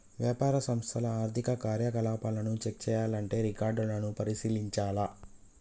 వ్యాపార సంస్థల ఆర్థిక కార్యకలాపాలను చెక్ చేయాల్లంటే రికార్డులను పరిశీలించాల్ల